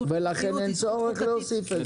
ולכן אין צורך להוסיף את זה.